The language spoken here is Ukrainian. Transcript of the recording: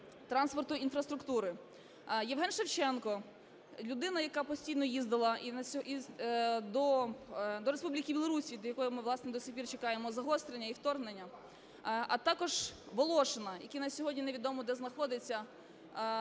транспорту та інфраструктури. Євген Шевченко – людина, яка постійно їздила до Республіки Білорусь, від якої ми, власне, до сих пір чекаємо загострення і вторгнення. А також Волошина, який на сьогодні невідомо де знаходиться